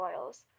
oils